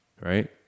Right